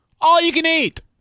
All-you-can-eat